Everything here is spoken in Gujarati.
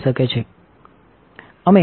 અને તે છે અમે 99